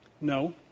No